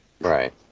Right